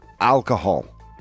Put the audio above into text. alcohol